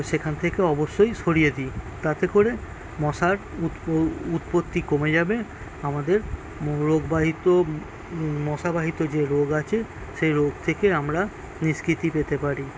সেখান থেকে অবশ্যই সরিয়ে দিই তাতে করে মশার উৎপত্তি কমে যাবে আমাদের রোগবাহিত মশাবাহিত যে রোগ আছে সেই রোগ থেকে আমরা নিষ্কৃতি পেতে পারি